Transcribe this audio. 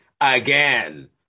again